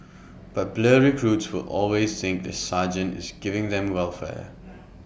but blur recruits will always think the sergeant is giving them welfare